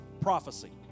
prophecy